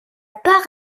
par